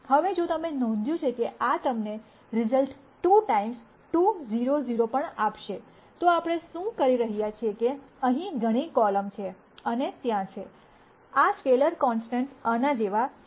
હવે જો તમે નોંધ્યું છે કે આ તમને રીસલ્ટ 2 ટાઈમ્સ 2 0 0 પણ આપશે તો આપણે શું કરી રહ્યા છીએ કે અહીં ઘણી કોલમ છે અને ત્યાં છે આ સ્કેલર કોન્સ્ટન્ટ્સ આના જેવા છે